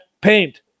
paint